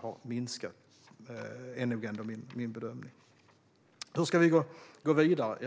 har minskat. Hur ska vi gå vidare?